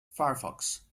firefox